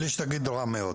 בלי שתגיד, רע מאוד.